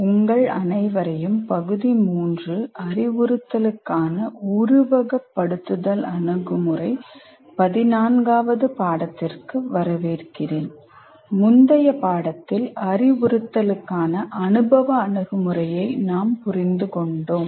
உங்கள் அனைவரையும் பகுதி 3 அறிவுறுத்தலுக்கான உருவகப்படுத்துதல் அணுகுமுறை 14வது பாடத்திற்கு வரவேற்கிறேன் முந்தைய பாடத்தில் அறிவுறுத்தலுக்கான அனுபவ அணுகுமுறையை நாம் புரிந்துகொண்டோம்